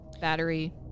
battery